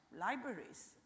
libraries